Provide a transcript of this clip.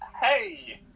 hey